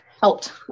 helped